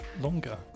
longer